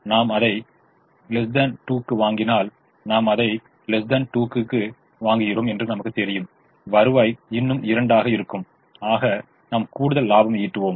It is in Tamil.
நாம் அதை 2 க்கு வாங்கினால் நாம் அதை 2 க்கு வாங்குகிறோம் என்று நமக்குத் தெரியும் வருவாய் இன்னும் 2 ஆக இருக்கும் ஆக நாம் கூடுதல் லாபம் ஈட்டுவோம்